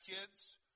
kids